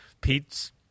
Pete's